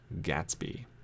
Gatsby